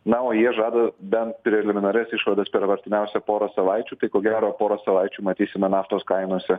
na o jie žada bent preliminarias išvadas per artimiausią porą savaičių tai ko gero pora savaičių matysime naftos kainose